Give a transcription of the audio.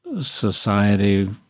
society